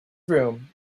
room